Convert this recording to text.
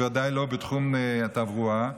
ודאי לא בתחום התברואה.